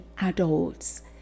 adults